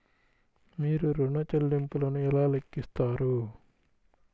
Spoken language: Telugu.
మీరు ఋణ ల్లింపులను ఎలా లెక్కిస్తారు?